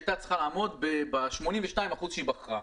הייתה צריכה לעמוד ב-82% שהיא בחרה,